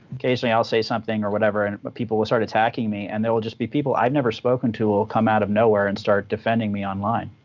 occasionally i'll say something or whatever, and but people will start attacking me. and there will just be people i've never spoken to will come out of nowhere and start defending me online,